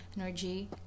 energy